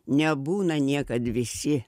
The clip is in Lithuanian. nebūna niekad visi